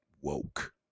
woke